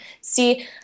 see